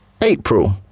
april